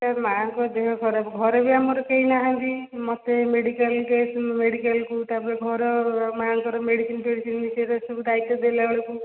sir ମାଆଙ୍କ ଦେହ ଖରାପ ଘରେ ବି ଆମର କେହି ନାହାନ୍ତି ମୋତେ ମେଡ଼ିକାଲ କେସ୍ ମେଡ଼ିକାଲକୁ ତାପରେ ଘର ମାଆଙ୍କର ମେଡ଼ିସିନ ଫେଡ଼ିସିନ ବିଷୟରେ ସବୁ ଦାୟିତ୍ୱ ଦେଲାବେଳକୁ